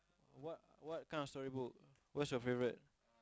what what kind of storybook what's your favorite